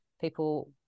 people